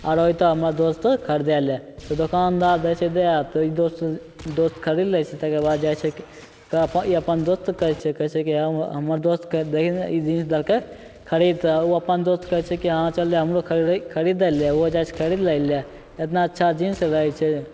आओर अएतऽ हमर दोस्त खरिदैले तऽ दोकनदार दै छै दै तऽ दोस्त खरिद लै छै तकर बाद जाइ छै ई अपन दोस्तके कहै छै कहै छै कि हमर दोस्तके दही ने ई जीन्स दैके खरिदतै ओ अपन दोस्तके कहै छै कि हँ चलै हमरो खरिद दे ओहो जाइ छै खरिद लै ले एतना अच्छा जीन्स रहै छै